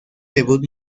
debut